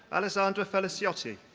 alessandra feliciotti.